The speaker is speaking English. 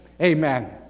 amen